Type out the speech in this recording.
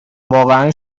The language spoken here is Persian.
واقعا